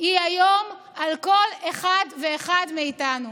היא היום על כל אחד ואחד מאיתנו.